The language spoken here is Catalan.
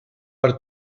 per